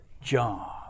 John